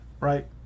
right